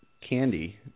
candy